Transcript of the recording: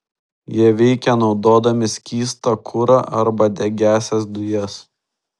jie veikia naudodami skystą kurą arba degiąsias dujas